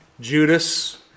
Judas